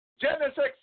Genesis